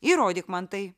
įrodyk man tai